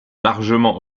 largement